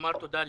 הרבה תודה.